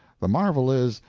the marvel is,